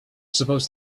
supposed